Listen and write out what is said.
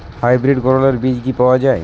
Hybrid করলার বীজ কি পাওয়া যায়?